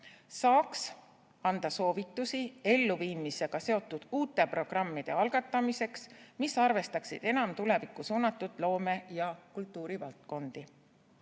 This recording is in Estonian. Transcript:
saaks anda soovitusi elluviimisega seotud uute programmide algatamiseks, mis arvestaks enam tulevikku suunatud loome- ja kultuurivaldkondi.